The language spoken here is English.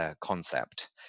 concept